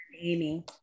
amy